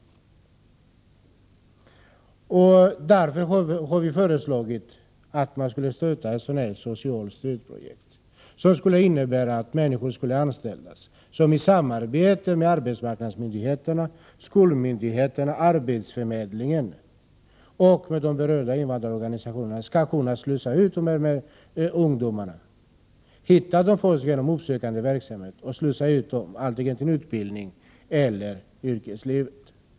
Därför har vi föreslagit att statsbidrag skall utgå till ett socialt stödprojekt. Förslaget innebär att människor skulle anställas för att i samarbete med arbetsmarknadsmyndigheterna, skolmyndigheterna, arbetsförmedlingen och de berörda invandrarorganisationerna kunna slussa dessa ungdomar — först hitta dem genom uppsökande verksamhet och sedan slussa ut dem antingen till utbildning eller yrkesliv.